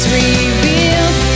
revealed